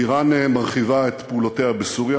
איראן מרחיבה את פעולותיה בסוריה,